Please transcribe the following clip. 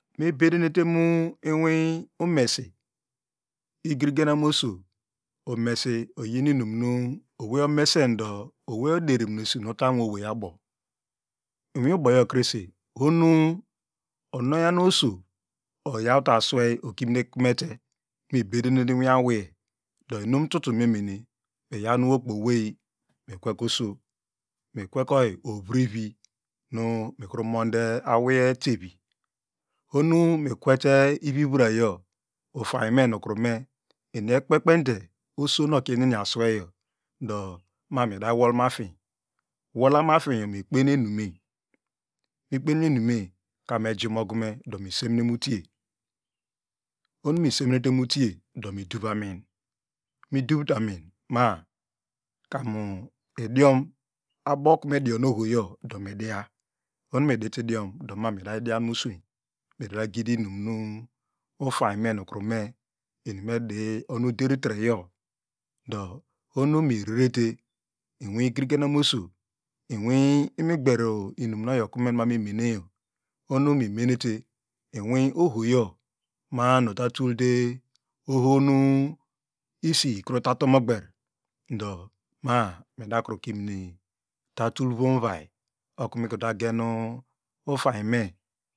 Mibedene te mu ini iresi igiri genorm oso umesi oyin inimi owey omesendon owey odonmunutanu owey abo inwiboya krese ohom onyam ewey oso do oyawte aswai okini kumete nu denete inwi awiye do inuntutu nene miyaw wokpey owey ni kweke oso mikwekoyi oviviri mi munondo awiye oteri ohonu mikwete irivurayo ufame nukru me me eni ekperneni de oso nu okieneni aswiyo do ma mi da wolmafiny wolmuafinyo mekpene emime mu kpenen enime komu ejimogume do mesemiemutiye oho nu misem inete mutiye do nu duvamin midurte ma kar idiom abo kun medi ono hoyo do media oho mi dite idiom do ma midom diam muswey midam itagido ini mu ufayme nu me medi uder tireyo do oho mi rerete i wigiri eogenom oso inwi imigber inumiyo oyo okumen nu me abo meneiyo oho nu mimete inuwi ohoyigo ma- a nu ota tulte oho isi ikru tate omo gber do ma midakru kimine tatul mivom uvay okunu meta gen ufayme